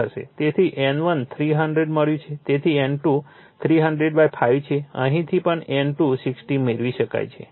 તેથી N1 300 મળ્યું છે તેથી N2 3005 છે અહીંથી પણ N2 60 મેળવી શકાય છે